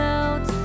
out